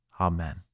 Amen